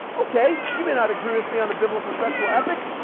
ok, you may not agree with me on the biblical sexual ethic.